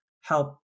help